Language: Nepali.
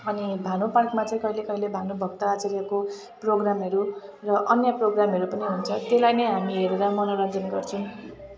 अनि भानु पार्कमा चाहिँ कहिले कहिले भानुभक्त आचार्यको प्रोग्रामहरू र अन्य प्रोग्रामहरू पनि हुन्छ त्यसलाई नै हामी हेरेर मनोरञ्जन गर्छौँ